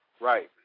Right